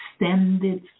extended